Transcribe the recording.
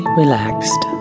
relaxed